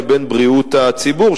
לבין בריאות הציבור,